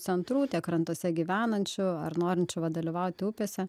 centrų tiek krantuose gyvenančių ar norinčių dalyvauti upėse